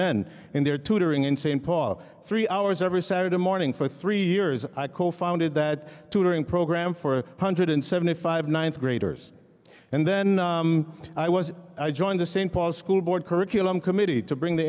men in their tutoring in st paul three hours every saturday morning for three years i co founded that tutoring program four hundred seventy five ninth graders and then i was i joined the st paul school board curriculum committee to bring the